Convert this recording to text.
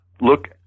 look